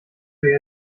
eher